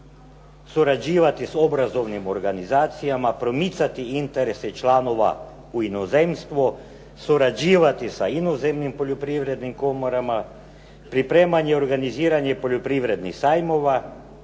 surađivati s obrazovnim organizacijama, promicati interese članova u inozemstvu, surađivati sa inozemnim poljoprivrednim komorama, pripremanje i organiziranje poljoprivrednih sajmova,